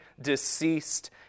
deceased